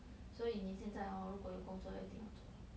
所以你现在 hor 如果有工作一定要做